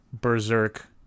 Berserk